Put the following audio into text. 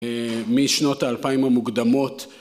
משנות האלפיים המוקדמות